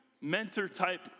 mentor-type